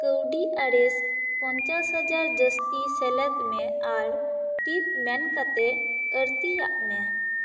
ᱠᱟᱹᱣᱰᱤ ᱟᱨᱮᱥ ᱯᱚᱧᱪᱟᱥ ᱦᱟᱡᱟᱨ ᱡᱟᱹᱥᱛᱤ ᱥᱮᱞᱮᱫ ᱢᱮ ᱟᱨ ᱴᱤᱯ ᱢᱮᱱᱠᱟᱛᱮ ᱟᱬᱛᱤᱭᱟᱜ ᱢᱮ